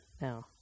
now